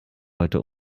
heute